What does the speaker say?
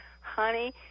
honey